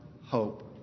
hope